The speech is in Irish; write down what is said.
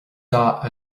dath